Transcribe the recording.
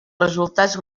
resultats